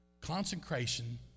Consecration